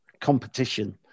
competition